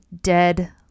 dead